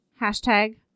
hashtag